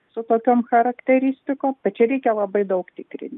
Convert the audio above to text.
su tokiom charakteristikom bet čia reikia labai daug tikrinti